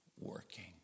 working